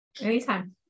Anytime